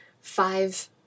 five